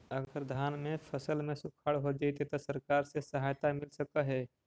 अगर धान के फ़सल में सुखाड़ होजितै त सरकार से सहायता मिल सके हे?